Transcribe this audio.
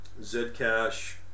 Zcash